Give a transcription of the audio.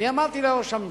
אמרתי לראש הממשלה: